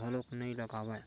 घलोक नइ लगावय